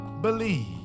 believe